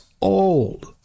old